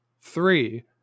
three